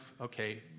okay